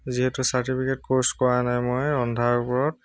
যিহেতু certificate course কৰা নাই মই ৰন্ধাৰ ওপৰত